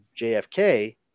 JFK